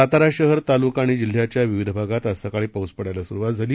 साताराशहर तालुकाआणिजिल्ह्याच्याविविधभागातआजसकाळीपाऊसपडायलासुरुवातझाली